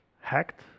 hacked